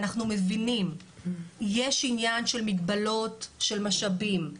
יש עניין של מגבלות, של משאבים,